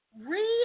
read